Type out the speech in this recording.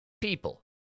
people